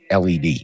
LED